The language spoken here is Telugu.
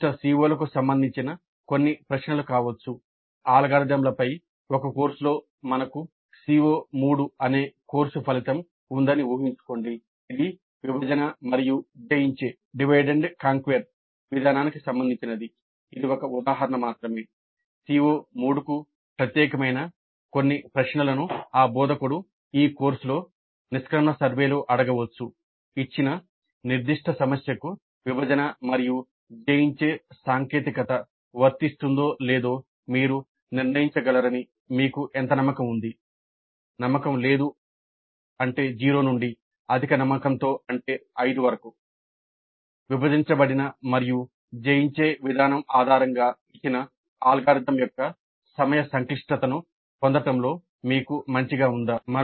నిర్దిష్ట CO లకు సంబంధించిన కొన్ని ప్రశ్నలు కావచ్చు అల్గోరిథంలపై విభజించబడిన మరియు జయించే విధానం ఆధారంగా ఇచ్చిన అల్గోరిథం యొక్క సమయ సంక్లిష్టతను పొందడంలో మీకు మంచిగా ఉందా